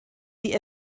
die